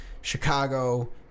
Chicago